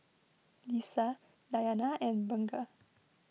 Lisa Dayana and Bunga